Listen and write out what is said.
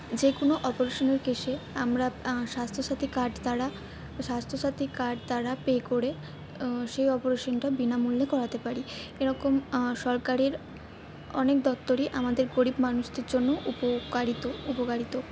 যে কোনো অপারেশনের কেসে আমরা স্বাস্থ্য সাথী কার্ড দ্বারা স্বাস্থ্য সাথী কার্ড দ্বারা পে করে সেই অপরেশনটা বিনামূল্যে করাতে পারি এরকম সরকারের অনেক দফতরই আমাদের গরিব মানুষদের জন্য উপকারিত উপকারিত